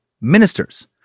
ministers